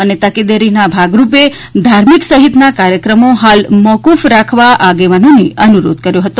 અને તકેદારીના ભાગરૂપે ધાર્મિક સહિતના કાર્યક્રમો હાલ મોકુફ રાખવા આગેવાનોને અનુરોધ કર્યો હતો